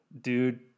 Dude